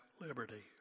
Liberty